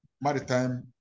Maritime